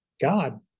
God